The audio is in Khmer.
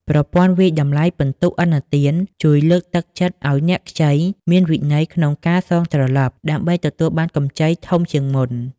ប្រព័ន្ធវាយតម្លៃពិន្ទុឥណទាន ជួយលើកទឹកចិត្តឱ្យអ្នកខ្ចីមានវិន័យក្នុងការសងត្រឡប់ ដើម្បីទទួលបានកម្ចីធំជាងមុន។